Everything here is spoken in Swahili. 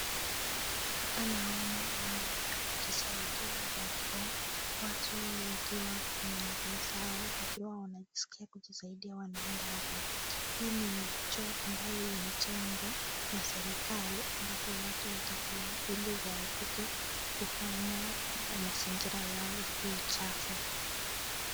Hapa naona mahali pa kujisaidia ambapo watu wakiwa kwenye hafla zao wakiwa wanajisikia kujisaidia wanaenda hapa. Hii ni choo ambayo imejengwa na serikali ambapo watu watakuwa ili waepuke kufanya mazingira yao ikuwe chafu.